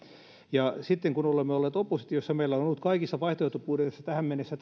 ja sitten kun olemme olleet oppositiossa meillä on ollut tämä kyseinen momentti kaikissa vaihtoehtobudjeteissa tähän mennessä